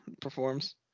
performs